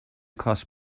cost